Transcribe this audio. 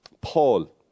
Paul